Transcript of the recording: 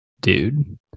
dude